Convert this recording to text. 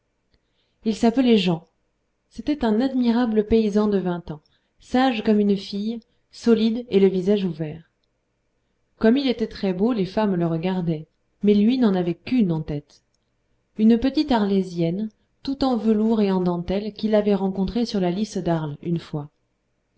il s'appelait jan c'était un admirable paysan de vingt ans sage comme une fille solide et le visage ouvert comme il était très beau les femmes le regardaient mais lui n'en avait qu'une en tête une petite arlésienne toute en velours et en dentelles qu'il avait rencontrée sur la lice d'arles une fois